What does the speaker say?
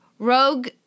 Rogue